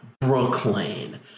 brooklyn